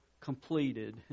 completed